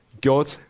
God